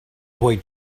boy